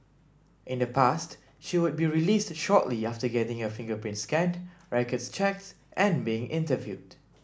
in the past she would be released shortly after getting her fingerprints scanned records checked and being interviewed